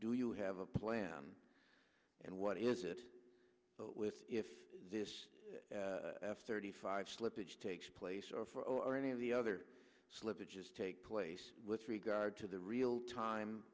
do you have a plan and what is it with if this f thirty five slippage takes place or for or any of the other slippage is take place with regard to the real time